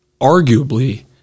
arguably